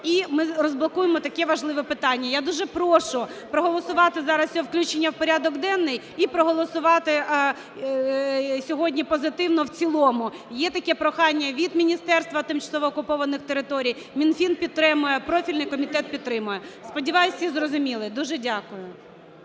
і ми розблокуємо таке важливе питання. Я дуже прошу проголосувати зараз за включення в порядок денний і проголосувати сьогодні позитивно в цілому. Є таке прохання від Міністерства тимчасово окупованих територій. Мінфін підтримує, профільний комітет підтримує. Сподіваюся, всі зрозуміли. Дуже дякую.